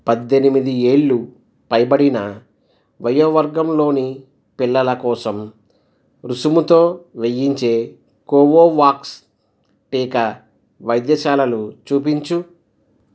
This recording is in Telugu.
పద్దెనిమిది ఏళ్ళు పైబడిన వయోవర్గంలోని పిల్లల కోసం రుసుముతో వెయ్యించే కోవోవాక్స్ టీకా వైద్యశాలలు చూపించు